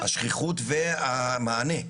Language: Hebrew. השכיחות והמענה,